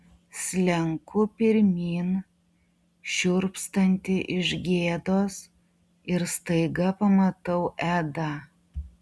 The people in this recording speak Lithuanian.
slenku pirmyn šiurpstanti iš gėdos ir staiga pamatau edą